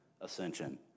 ascension